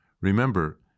Remember